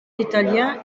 italien